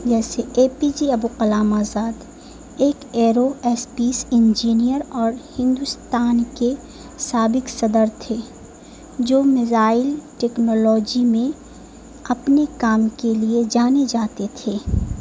جیسے A P J Abul Kalam Azad ایک aerospace engineer اور ہندوستان کے سابک صدر تھے جو میزائل ٹیکنالوجی میں اپنے کام کے لیے جانے جاتے تھے